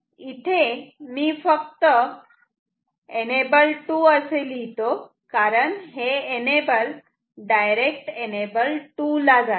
इथे मी फक्त En N2 असे लिहितो कारण हे एनेबल डायरेक्ट एनेबल 2 ला जाते